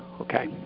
okay